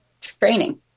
training